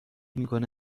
میکنه